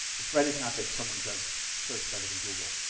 the threat is not that someone does search better than google,